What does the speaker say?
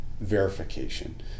verification